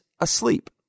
asleep